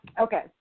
Okay